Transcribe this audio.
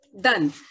done